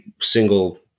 single